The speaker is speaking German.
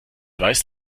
weiß